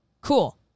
Cool